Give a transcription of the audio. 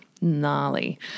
gnarly